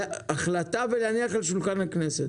לקבל החלטה ולהניח אותה על שולחן הכנסת.